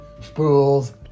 spools